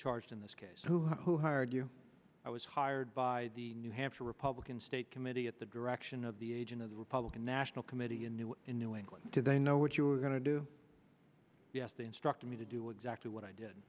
charged in this case who hired you i was hired by the new hampshire republican state committee at the direction of the aging of the republican national committee in new in new england did they know what you were going to do yes they instructed me to do exactly what i did